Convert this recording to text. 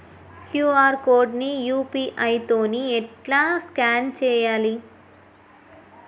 QR code ని UPI తోని ఎట్లా స్కాన్ చేయాలి?